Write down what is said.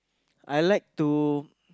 I like to